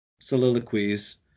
soliloquies